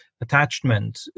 attachment